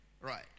right